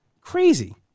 crazy